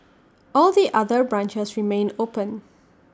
all the other branches remain open